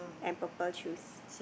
and purple shoes